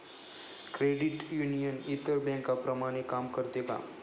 Credit union इतर बँकांप्रमाणे काम करते का?